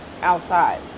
outside